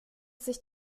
sich